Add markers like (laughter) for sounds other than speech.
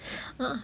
(noise) uh